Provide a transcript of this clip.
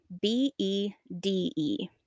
B-E-D-E